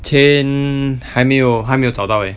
chiam 还没有还没有找到 eh